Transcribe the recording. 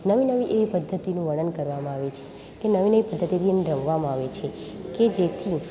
નવી નવી એવી પદ્ધતિનું વર્ણન કરવામાં આવે છે તે નવી નવી પદ્ધતિથી એને રમવામાં આવે છે કે જેથી